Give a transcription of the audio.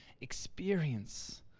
experience